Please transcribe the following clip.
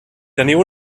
teniu